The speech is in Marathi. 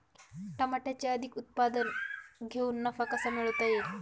टमाट्याचे अधिक प्रमाणात उत्पादन घेऊन नफा कसा मिळवता येईल?